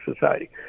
society